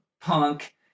punk